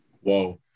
Whoa